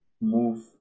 move